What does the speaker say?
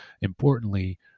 importantly